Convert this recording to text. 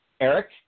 Eric